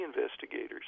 investigators